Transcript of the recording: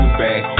back